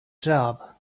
job